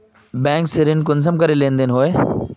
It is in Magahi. बैंक से ऋण कुंसम करे लेन देन होए?